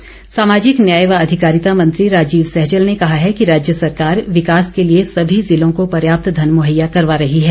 सहजल सामाजिक न्याय व अधिकारिता मंत्री राजीव सहजल ने कहा है कि राज्य सरकार विकास के लिए सभी जिलों को पर्याप्त धन मुहैया करवा रही है